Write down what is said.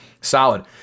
solid